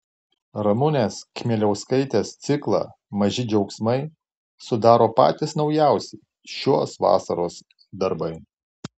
ramunės kmieliauskaitės ciklą maži džiaugsmai sudaro patys naujausi šios vasaros darbai